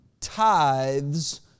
tithes